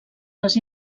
les